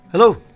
Hello